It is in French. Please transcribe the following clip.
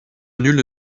nul